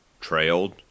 Trailed